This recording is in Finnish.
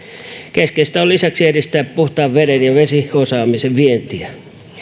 keskeistä on lisäksi edistää puhtaan veden ja vesiosaamisen vientiä